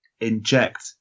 inject